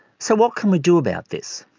so what can we do about this?